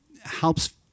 helps